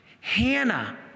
Hannah